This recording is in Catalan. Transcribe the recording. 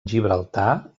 gibraltar